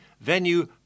venue